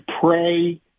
pray